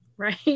right